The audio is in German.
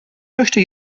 möchte